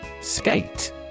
Skate